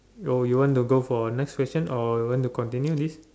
oh you want to go for next question or you want to continue this